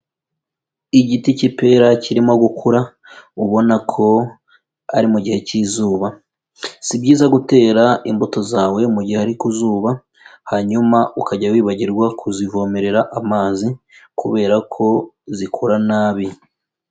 Igiti cy'ipera kirimo gukura ubona ko ari mu gihe cy'izuba, si byiza gutera imbuto zawe mu gihe ari ku zuba hanyuma ukajya wibagirwa kuzivomerera amazi kubera ko zikura nabi.